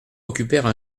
occupèrent